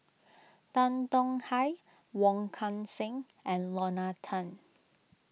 Tan Tong Hye Wong Kan Seng and Lorna Tan